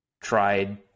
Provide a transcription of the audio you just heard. tried